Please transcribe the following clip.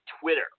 Twitter